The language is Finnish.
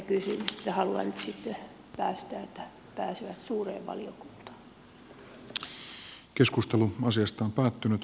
eli tässä ei ole mistään suuremmasta asiasta on päättynyt